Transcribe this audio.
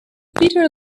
peter